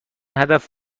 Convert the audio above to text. هدف